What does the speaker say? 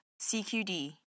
CQD